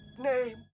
name